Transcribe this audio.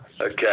okay